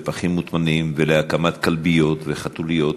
לפחים מוטמנים ולהקמת כלביות וחתוליות,